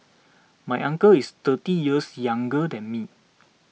my uncle is thirty years younger than me